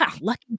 Lucky